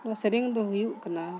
ᱱᱚᱣᱟ ᱥᱮᱨᱮᱧ ᱫᱚ ᱦᱩᱭᱩᱜ ᱠᱟᱱᱟ